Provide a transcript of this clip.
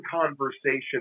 conversation